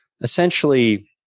essentially